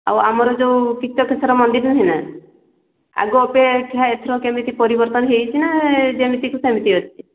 ଆମର ଯୋଉ କ୍ଷେତ୍ର ମନ୍ଦିରନା ଆଗ ଅପେକ୍ଷା ଏଥର କେମିତି ପରିବର୍ତ୍ତନ ହୋଇଛି ନା ଯେମିତିକୁ ସେମିତି ଅଛି